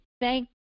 thank